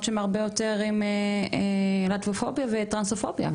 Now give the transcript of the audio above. שהם עם הרבה יותר להטבופוביה וטרנסופוביה.